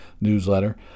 newsletter